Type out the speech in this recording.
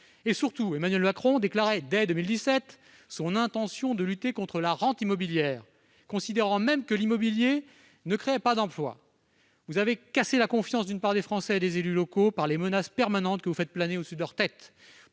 ce mandat. Emmanuel Macron faisait part, dès 2017, de son intention de lutter contre la « rente immobilière », considérant même que l'immobilier ne créait pas d'emplois. Vous avez cassé la confiance d'une part des Français et des élus locaux par les menaces permanentes que vous faites planer au-dessus de leur tête.